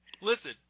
Listen